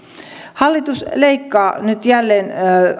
hallitus leikkaa nyt jälleen